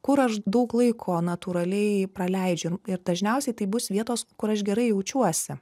kur aš daug laiko natūraliai praleidžiam ir dažniausiai tai bus vietos kur aš gerai jaučiuosi